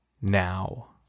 now